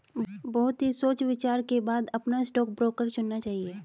बहुत ही सोच विचार के बाद अपना स्टॉक ब्रोकर चुनना चाहिए